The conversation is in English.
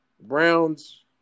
Browns